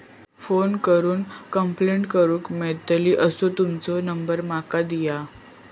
Phone करून complaint करूक मेलतली असो तुमचो नंबर माका दिया?